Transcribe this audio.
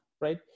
right